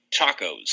tacos